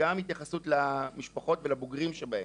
וגם התייחסות למשפחות ולבוגרים שבהם.